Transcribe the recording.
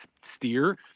Steer –